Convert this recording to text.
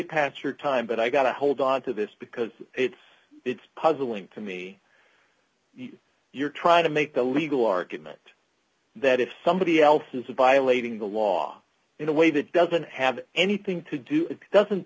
past your time but i got to hold on to this because it's it's puzzling to me you're trying to make the legal argument that if somebody else has had violating the law in a way that doesn't have anything to do it doesn't